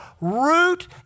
root